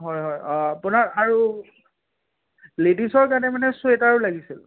হয় হয় অঁ আপোনাৰ আৰু লেডিজৰ কাৰণে মানে চুৱেটাৰো লাগিছিল